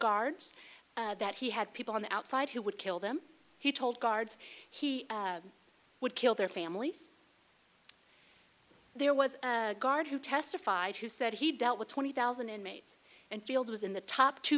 guards that he had people on the outside who would kill them he told guards he would kill their families there was a guard who testified who said he dealt with twenty thousand inmates and field was in the top two